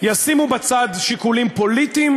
ישימו בצד שיקולים פוליטיים